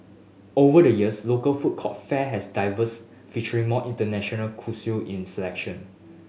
over the years local food court fare has diversified featuring more international cuisine selection